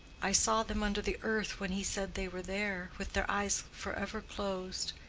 i saw them under the earth when he said they were there, with their eyes forever closed.